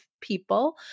people